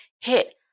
hit